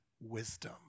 wisdom